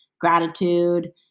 gratitude